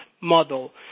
model